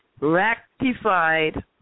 Rectified